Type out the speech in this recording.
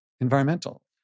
environmental